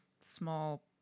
small